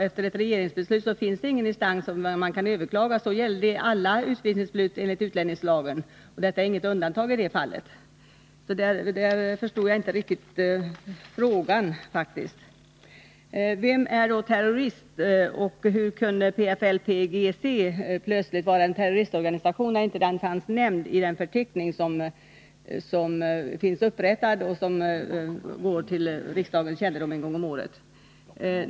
Efter ett regeringsbeslut finns det ingen instans där man kan överklaga. Det gäller alla utvisningsbeslut enligt utlänningslagen, och det aktuella fallet är inget undantag. Jag förstår därför inte riktigt frågan. Vem är då terrorist, och hur kunde PFLP-GC plötsligt vara en terroristorganisation när organisationen inte fanns nämnd i den förteckning som är upprättad och som kommer till riksdagens kännedom en gång om året?